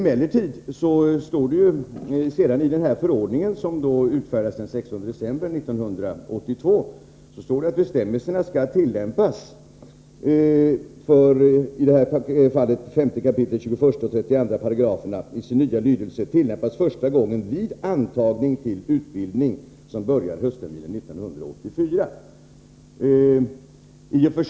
Det står emellertid i den förordning som utfärdades den 16 december 1982 att bestämmelserna i 5 kap. 21 och 32 §§ i sin nya lydelse skall tillämpas första gången vid antagning till utbildning som börjar höstterminen 1984.